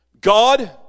God